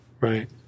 right